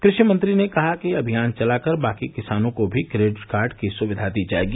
कृषि मंत्री ने कहा अभियान चलाकर बाकी किसानों को भी क्रेडिट कार्ड की सुविधा दी जाएगी